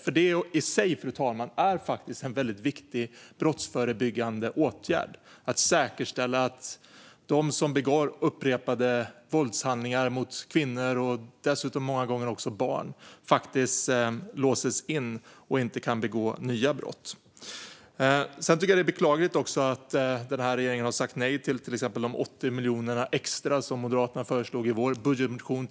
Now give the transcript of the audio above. Det är nämligen i sig, fru talman, en väldigt viktig brottsförebyggande åtgärd att säkerställa att de som begår upprepade våldshandlingar mot kvinnor och dessutom många gånger också barn faktiskt låses in och inte kan begå nya brott. Jag tycker också att det är beklagligt att regeringen har sagt nej till exempelvis de 80 miljoner extra till kvinnojourerna som vi i Moderaterna föreslog i vår budgetmotion.